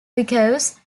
because